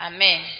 Amen